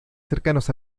cercanos